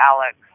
Alex